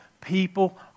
people